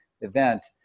event